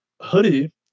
hoodie